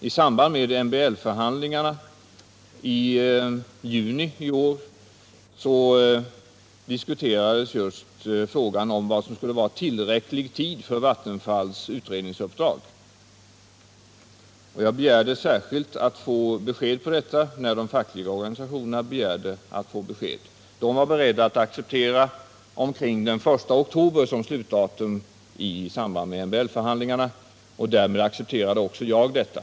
I samband med MBL-förhandlingarna i juni detta år diskuterades just frågan om vad som kunde vara ”tillräcklig tid” för Vattenfalls utredningsuppdrag. Jag begärde att få besked om detta samtidigt med de fackliga organisationerna. De fackliga organisationerna var beredda att acceptera omkring den 1 oktober som slutdatum, och därmed accepterade också jag detta.